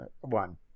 one